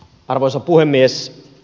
arvoisa puhemies